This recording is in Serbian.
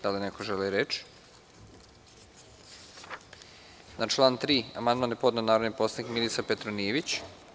Da li neko želi reč? (Ne) Na član 3. amandman je podneo narodni poslanik Milisav Petronijević.